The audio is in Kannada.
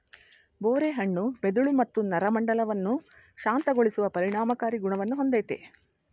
ಬೋರೆ ಹಣ್ಣು ಮೆದುಳು ಮತ್ತು ನರಮಂಡಲವನ್ನು ಶಾಂತಗೊಳಿಸುವ ಪರಿಣಾಮಕಾರಿ ಗುಣವನ್ನು ಹೊಂದಯ್ತೆ